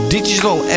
Digital